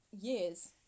years